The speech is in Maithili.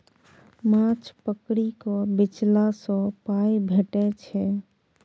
माछ पकरि केँ बेचला सँ पाइ भेटै छै